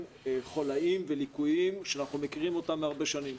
חוליים וליקויים שאנחנו מכירים אותם הרבה שנים.